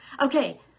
Okay